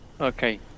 Okay